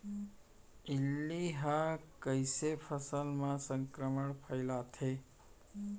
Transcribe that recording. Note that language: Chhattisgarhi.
इल्ली ह कइसे फसल म संक्रमण फइलाथे?